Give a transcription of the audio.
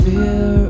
Fear